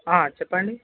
చెప్పండి